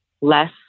less